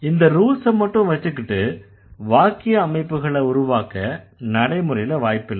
இந்த ரூல்ஸ மட்டும் வெச்சுகிட்டு வாக்கிய அமைப்புகளை உருவாக்க நடைமுறையில வாய்ப்பில்லை